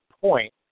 point